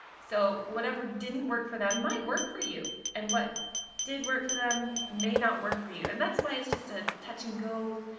so whatever didn't work for them might work for you and what did work for them may not work for you. and that's why it's just a touch and go,